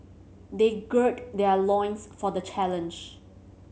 they gird their loins for the challenge